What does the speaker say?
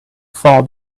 far